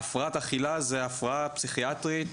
הפרעת אכילה זה הפרעה פסיכיאטרית,